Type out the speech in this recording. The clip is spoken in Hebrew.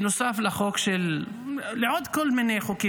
נוסף לעוד חוקים,